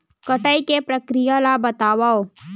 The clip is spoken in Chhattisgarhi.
कटाई के प्रक्रिया ला बतावव?